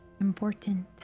important